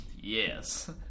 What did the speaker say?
Yes